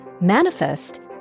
manifest